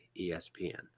ESPN